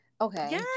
Okay